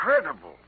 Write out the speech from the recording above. Incredible